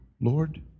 Lord